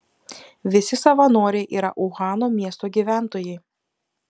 visi savanoriai yra uhano miesto gyventojai